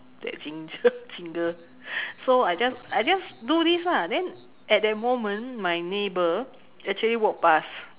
that jingle jingle so I just I just do this lah then at that moment my neighbor actually walked pass